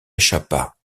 échappa